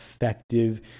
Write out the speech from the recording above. effective